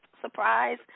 surprise